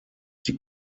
die